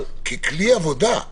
אבל ככלי עבודה,